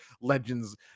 legends